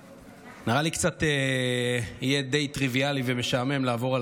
נראה לי שיהיה קצת די טריוויאלי ומשעמם לעבור על